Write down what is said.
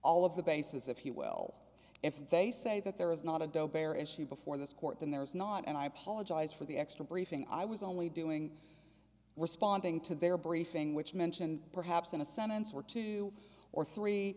all of the bases if you well if they say that there is not a don't dare issue before this court then there is not and i apologize for the extra briefing i was only doing responding to their briefing which mentioned perhaps in a sentence or two or three